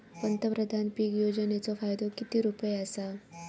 पंतप्रधान पीक योजनेचो फायदो किती रुपये आसा?